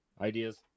Ideas